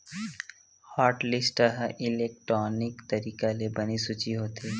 hotlist ह electronic तरीका ले बने सूची होथे